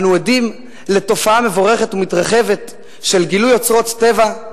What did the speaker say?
אנו עדים לתופעה מבורכת ומתרחבת של גילוי אוצרות טבע,